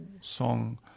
song